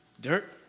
Dirt